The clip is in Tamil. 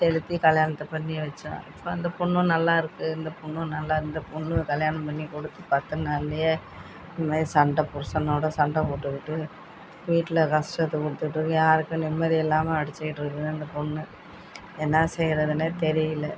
செலுத்தி கல்யாணத்தை பண்ணி வைச்சோம் இப்போ அந்த பொண்ணும் நல்லா இருக்குது இந்த பொண்ணும் நல்லா இருக்குது இந்த பொண்ணுக்கு கல்யாணம் பண்ணி கொடுத்து பத்து நாள்லேயே இது மாதிரி சண்டை புருஷனோட சண்டை போட்டுக்கிட்டு வீட்டில் கஷ்டத்த கொடுத்துட்டு இருக்குது யாருக்கும் நிம்மதி இல்லாமல் அடிச்சுக்கிட்டு இருக்குது அந்த பொண்ணு என்ன செய்கிறதுன்னே தெரியலை